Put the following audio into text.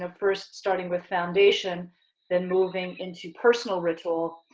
ah first starting with foundation then moving into personal ritual,